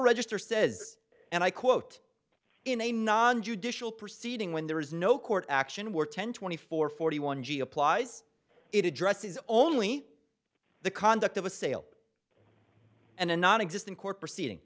register says and i quote in a non judicial proceeding when there is no court action we're ten twenty four forty one g applies it addresses only the conduct of a sale and a non existing court proceeding